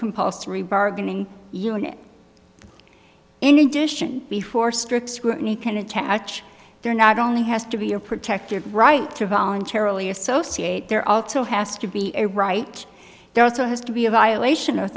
compulsory bargaining unit in addition before strict scrutiny can attach there not only has to be a protected right to voluntarily associate there also has to be a right there also has to be a violation of